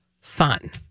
fun